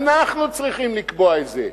אנחנו צריכים לקבוע את זה.